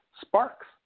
sparks